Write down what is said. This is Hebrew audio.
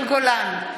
מאוד.